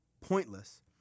pointless